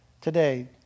today